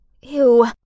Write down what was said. Ew